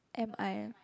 M I